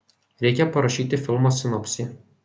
reikia parašyti filmo sinopsį